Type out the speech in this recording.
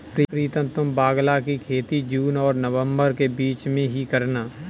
प्रीतम तुम बांग्ला की खेती जून और नवंबर के बीच में ही करना